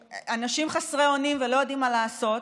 אנשים חסרי אונים ולא יודעים מה לעשות.